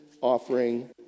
offering